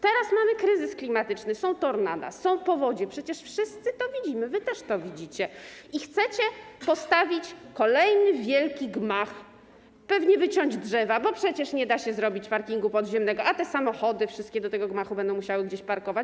Teraz mamy kryzys klimatyczny, są tornada, są powodzie, przecież wszyscy to widzimy, wy też to widzicie, i chcecie postawić kolejny wielki gmach, pewnie wyciąć drzewa, bo przecież nie da się zrobić parkingu podziemnego, a te wszystkie samochody jadące do tego gmachu będą musiały gdzieś parkować.